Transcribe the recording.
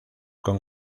con